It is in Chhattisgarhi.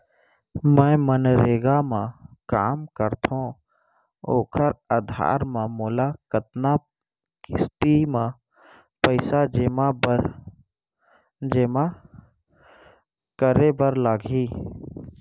मैं मनरेगा म काम करथो, ओखर आधार म मोला कतना किस्ती म पइसा जेमा करे बर लागही?